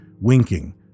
winking